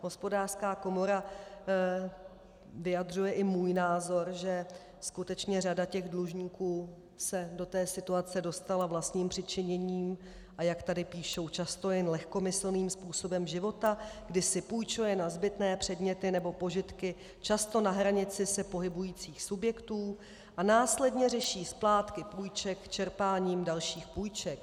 Hospodářská komora vyjadřuje i můj názor, že skutečně řada těch dlužníků se do té situace dostala vlastním přičiněním, a jak tady píšou, často jen lehkomyslným způsobem života, kdy si půjčují na zbytné předměty nebo požitky, často na hranici se pohybujících subjektů, a následně řeší splátky půjček čerpáním dalších půjček.